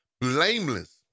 blameless